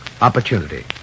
opportunity